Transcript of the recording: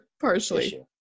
partially